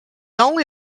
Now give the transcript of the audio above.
only